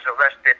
arrested